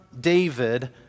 David